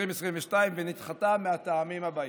2022 ונדחתה מהטעמים הבאים: